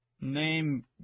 Name